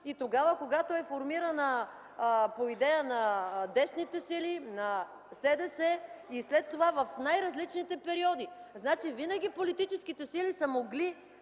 и тогава, когато е формирана по идея на десните сили, на СДС, и след това в най-различните периоди. Винаги политическите сили са могли